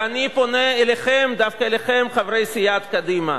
ואני פונה אליכם, דווקא אליכם, חברי סיעת קדימה: